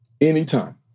Anytime